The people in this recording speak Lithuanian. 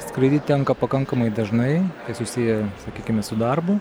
skraidyt tenka pakankamai dažnai susiję sakykime su darbu